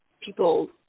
people